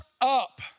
up